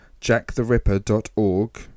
jacktheripper.org